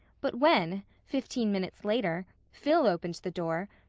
but when, fifteen minutes later, phil opened the door,